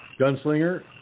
Gunslinger